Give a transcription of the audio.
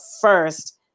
first